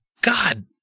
God